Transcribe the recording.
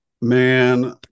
Man